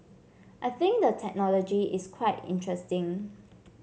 I think the technology is quite interesting